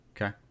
Okay